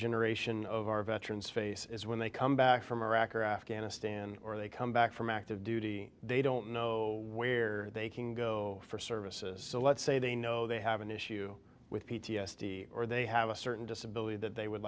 generation of our veterans face is when they come back from iraq or afghanistan or they come back from active duty they don't know where they can go for services so let's say they know they have an issue with p t s d or they have a certain disability that they would